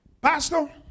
Pastor